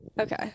Okay